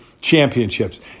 championships